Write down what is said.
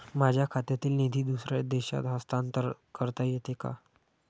माझ्या खात्यातील निधी दुसऱ्या देशात हस्तांतर करता येते का?